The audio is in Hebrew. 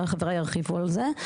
חבריי ירחיבו על זה.